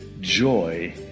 Joy